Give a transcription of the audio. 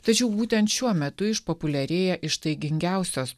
tačiau būtent šiuo metu išpopuliarėja ištaigingiausios